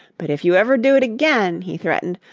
but if you ever do it again, he threatened,